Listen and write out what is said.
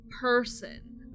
person